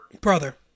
Brother